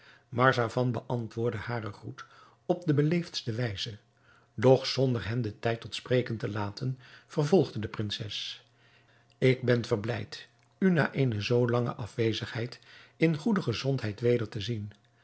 marzavan beantwoordde haren groet op de beleefdste wijze doch zonder hem den tijd tot spreken te laten vervolgde de prinses ik ben verblijd u na eene zoo lange afwezigheid in goede gezondheid weder te zien